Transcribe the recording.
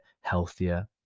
healthier